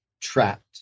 trapped